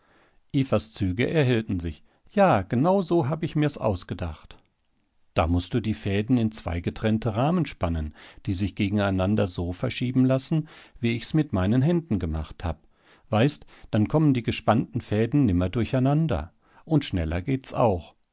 evas züge erhellten sich ja genau so hab ich mir's ausgedacht da mußt du die fäden in zwei getrennte rahmen spannen die sich gegeneinander so verschieben lassen wie ich's mit meinen händen gemacht hab weißt dann kommen die gespannten fäden nimmer durcheinander und schneller geht's auch